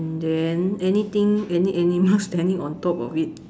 and then anything any animals standing on top of it